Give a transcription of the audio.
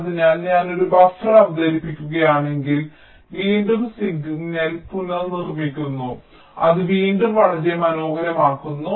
അതിനാൽ ഞാൻ ഒരു ബഫർ അവതരിപ്പിക്കുകയാണെങ്കിൽ വീണ്ടും സിഗ്നൽ പുനർനിർമ്മിക്കുന്നു അത് വീണ്ടും വളരെ മനോഹരമാക്കുന്നു